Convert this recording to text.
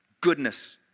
goodness